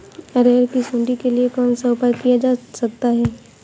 अरहर की सुंडी के लिए कौन सा उपाय किया जा सकता है?